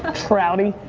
trouty.